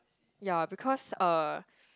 ya because uh